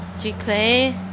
G-Clay